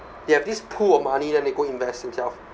they have this pool of money then they go invest themselves